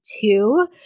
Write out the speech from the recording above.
two